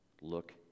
look